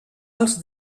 als